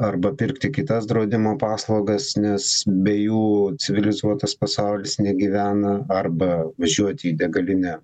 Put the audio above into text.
arba pirkti kitas draudimo paslaugas nes be jų civilizuotas pasaulis negyvena arba važiuoti į degalinę